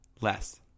Less